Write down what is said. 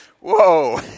whoa